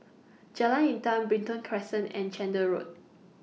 Jalan Intan Brighton Crescent and Chander Road